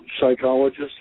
psychologist